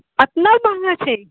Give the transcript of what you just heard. इतना महँगा छै